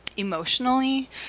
Emotionally